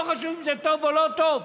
לא חשוב אם זה טוב או לא טוב,